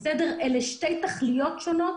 אלה שתי תכליות שונות,